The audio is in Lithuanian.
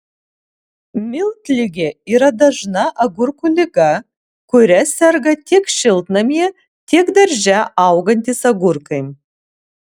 miltligė yra dažna agurkų liga kuria serga tiek šiltnamyje tiek darže augantys agurkai